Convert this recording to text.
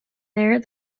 there